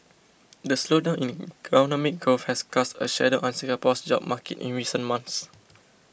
the slowdown in economic growth has cast a shadow on Singapore's job market in recent months